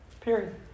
Period